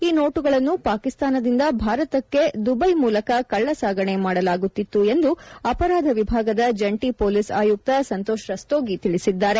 ಈ ನೋಟುಗಳನ್ನು ಪಾಕಿಸ್ತಾನದಿಂದ ಭಾರತಕ್ಕೆ ದುಬ್ಲೆ ಮೂಲಕ ಕಳ್ಳಸಾಗಣೆ ಮಾಡಲಾಗುತ್ತಿತ್ತು ಎಂದು ಅಪರಾಧ ವಿಭಾಗದ ಜಂಟಿ ಪೊಲೀಸ್ ಆಯುಕ್ತ ಸಂತೋಷ್ ರಸ್ತೋಗಿ ತಿಳಿಸಿದ್ದಾರೆ